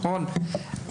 גלעד, ברשותך,